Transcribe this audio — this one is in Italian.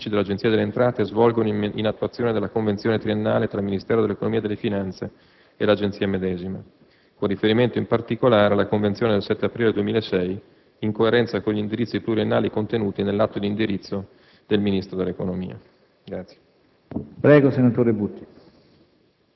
rientra tra le attività tipiche, che gli uffici dell'Agenzia delle entrate svolgono in attuazione della convenzione triennale tra il Ministero dell'economia e delle finanze e l'Agenzia medesima con riferimento, in particolare, alla convenzione del 7 aprile 2006, in coerenza con gli indirizzi pluriennali contenuti nell'atto di indirizzo del Ministro dell'economia.